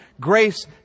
Grace